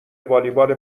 والیبال